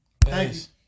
Thanks